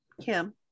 Kim